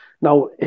Now